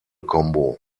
combo